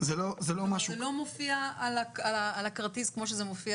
זה לא מופיע על הכרטיס כמו שזה מופיע